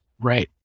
right